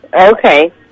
Okay